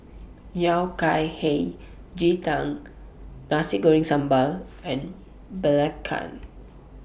Yao Cai Hei Ji Tang Nasi Goreng Sambal and Belacan